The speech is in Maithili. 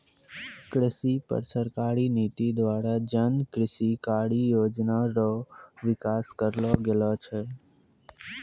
कृषि पर सरकारी नीति द्वारा जन कृषि कारी योजना रो विकास करलो गेलो छै